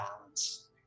balance